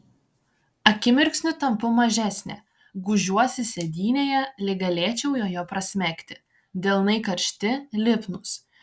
akimirksniu tampu mažesnė gūžiuosi sėdynėje lyg galėčiau joje prasmegti delnai karšti lipnūs